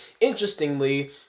Interestingly